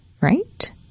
right